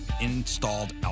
installed